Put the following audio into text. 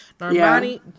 Normani